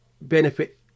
benefit